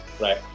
Right